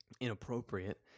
inappropriate